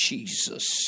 Jesus